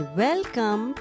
welcome